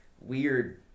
weird